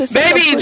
baby